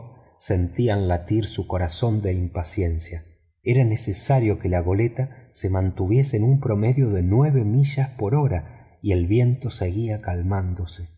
sentían latir su corazón de impaciencia era necesario que la goleta se mantuviese en un promedio de nueve millas por hora y el viento seguia calmándose